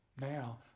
Now